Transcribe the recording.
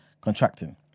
contracting